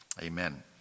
amen